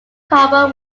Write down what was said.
cover